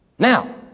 Now